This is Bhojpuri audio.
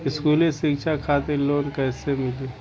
स्कूली शिक्षा खातिर लोन कैसे मिली?